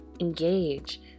engage